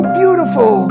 beautiful